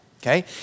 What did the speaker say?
okay